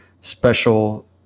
special